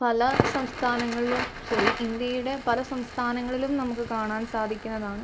പല സംസ്ഥാനങ്ങളിലും സോറി ഇന്ത്യയുടെ പല സംസ്ഥാനങ്ങളിലും നമുക്ക് കാണാൻ സാധിക്കുന്നതാണ്